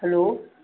hello